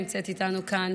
נמצאת איתנו כאן